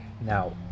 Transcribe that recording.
Now